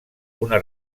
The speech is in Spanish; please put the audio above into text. una